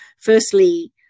firstly